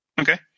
Okay